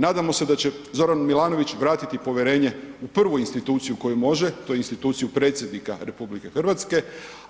Nadamo se da će Zoran Milanović vratiti povjerenje u prvu instituciju u koju može, to je u instituciju predsjednika RH,